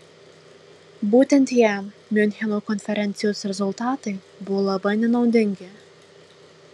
būtent jam miuncheno konferencijos rezultatai buvo labai nenaudingi